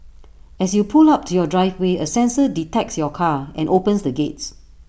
as you pull up to your driveway A sensor detects your car and opens the gates